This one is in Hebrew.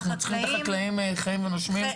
אנחנו צריכים את החקלאים חיים ונושמים ובועטים.